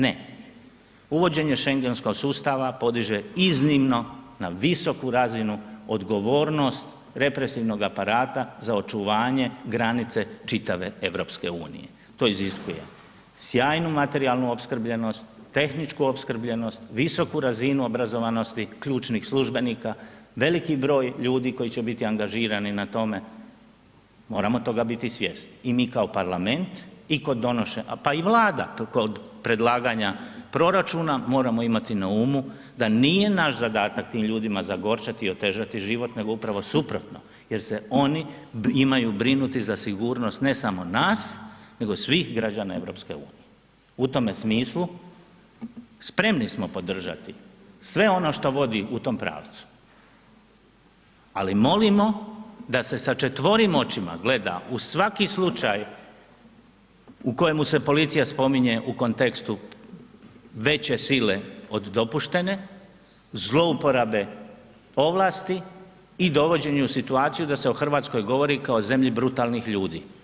Ne, uvođenje schengenskog sustava, podiže iznimno na visoku razinu odgovornost represivnog aparata za očuvanje granice čitave EU-a, to iziskuje sjajnu materijalnu opskrbljenost, tehničku opskrbljenost, visoku razinu obrazovanosti ključnih službenika, veliki broj ljudi koji će biti angažirani na tome, moramo toga biti svjesni i mi kao parlament i kod donošenja, pa i Vlada predlaganja proračuna, moramo imati na umu da nije naš zadatak tim ljudima zagorčati i otežati život nego upravo suprotno jer se oni imaju brinuti za sigurnost ne samo nas nego svih građana EU-a, u tome smislu spremni smo podržati sve oni što vodi u tom pravcu ali moramo da se sa četvorim očima gleda u svaki slučaj u kojem se policija spominje u kontekstu veće sile od dopuštene, zlouporabe ovlasti i dovođenje u situaciju da se o Hrvatskoj govori kao o zemlji brutalnih ljudi.